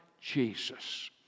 Jesus